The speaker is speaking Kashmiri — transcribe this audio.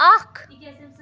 اکھ